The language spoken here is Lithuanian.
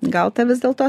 gal ta vis dėl to